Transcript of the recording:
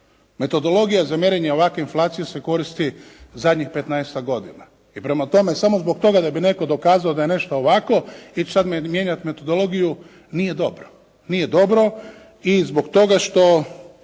Metodologija za mjerenje ovakve inflacije se koristi zadnjih 15-tak godina. I prema tome samo zbog toga da bi netko dokazao da je nešto ovako ići sad mijenjati metodologiju nije dobro. Nije dobro i zbog toga što